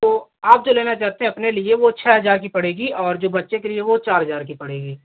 तो आप जो लेना चाहते हैं अपने लिए वो छः हज़ार की पड़ेगी और जो बच्चे के लिए है वह चार हज़ार की पड़ेगी